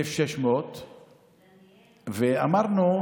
1,600. אמרנו: